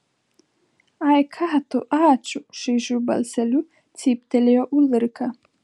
ai ką tu ačiū šaižiu balseliu cyptelėjo ulrika